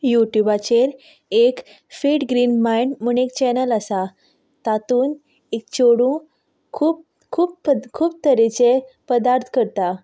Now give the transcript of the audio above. you ट्युबाचेर एक feed mind म्हूण एक चॅनल आसा तातूंन एक चेडूं खूब खूब खूब तरेचे पदार्थ करता